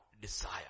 desire